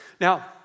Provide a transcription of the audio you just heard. Now